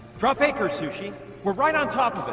tropico sushi we're right on top